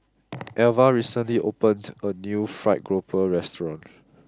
Alva recently opened a new Fried Grouper restaurant